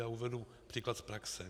Uvedu příklad z praxe.